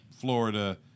Florida